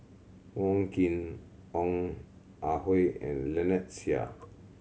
Wong Keen Ong Ah Hoi and Lynnette Seah